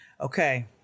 Okay